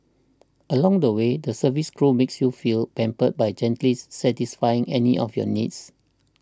along the way the service crew makes you feel pampered by gently satisfying any of your needs